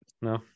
no